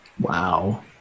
Wow